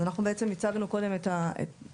אז אנחנו בעצם הצגנו קודם מה בעשינו